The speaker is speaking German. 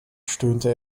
stöhnte